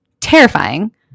terrifying